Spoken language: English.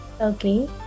Okay